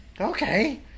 Okay